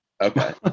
Okay